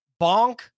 Bonk